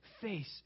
face